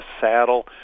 saddle